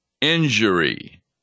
injury